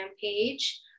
page